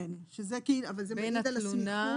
כן, אבל זה מעיד על הסמיכות.